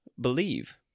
believe